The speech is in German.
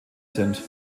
sind